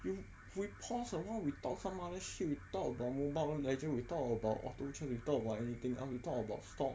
you we pause awhile we talk about some other shit we talk about Mobile Legends we talk about auto chat we talk about anything else we talk about stock